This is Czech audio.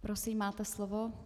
Prosím, máte slovo.